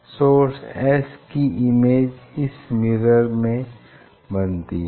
source S की image इस mirror में बनती है